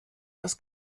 das